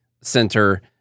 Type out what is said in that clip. center